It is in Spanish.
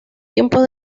tiempos